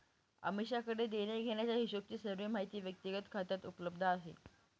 अमीषाकडे देण्याघेण्याचा हिशोबची सर्व माहिती व्यक्तिगत खात्यात उपलब्ध आहे